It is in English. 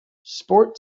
sport